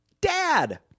Dad